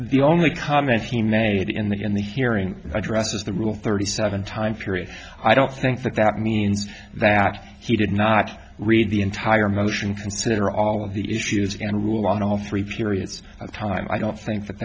the only comment he made in the in the hearing address of the rule thirty seven time period i don't think that that means that he did not read the entire motion consider all of the issues and rule on all three periods of time i don't think that